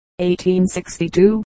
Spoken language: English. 1862